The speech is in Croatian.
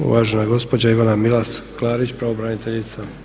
Uvažena gospođa Ivana Milas Klarić, pravobraniteljica.